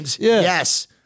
Yes